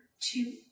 two